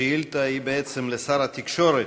השאילתה היא בעצם לשר התקשורת.